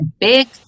big